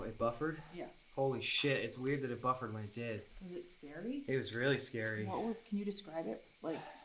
it buffered? yeah. holy shit, it's weird that it buffered when it did. was it scary? it was really scary. what was. can you describe it? like,